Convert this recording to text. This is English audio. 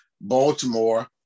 Baltimore